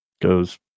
goes